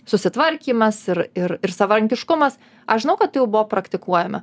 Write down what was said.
susitvarkymas ir ir ir savarankiškumas aš žinau kad tai jau buvo praktikuojame